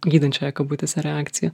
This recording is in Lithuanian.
gydančią kabutėse reakciją